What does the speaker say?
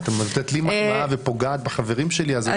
את נותנת לי מחמאה ופוגעת בחברים שלי אז זו לא מחמאה.